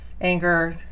anger